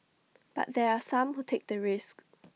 but there are some who take the risk